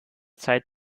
zeit